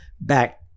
back